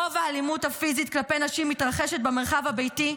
רוב האלימות הפיזית כלפי נשים מתרחשת במרחב הביתי,